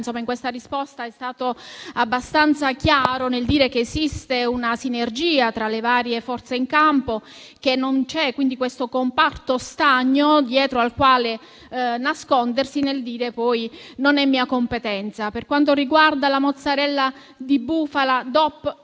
che in questa risposta è stato abbastanza chiaro nel dire che esiste una sinergia tra le varie forze in campo, che non c'è quindi questo comparto stagno dietro al quale nascondersi nel dire che non è sua competenza. Per quanto riguarda la mozzarella di bufala DOP